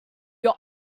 your